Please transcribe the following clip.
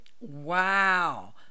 Wow